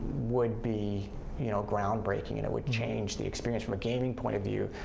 would be you know ground-breaking, and it would change the experience from a gaming point of view,